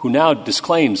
who now disclaims the